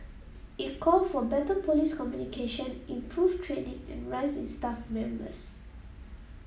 it called for better police communication improved training and rise in staff numbers